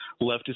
leftist